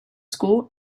school